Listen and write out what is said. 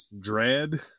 dread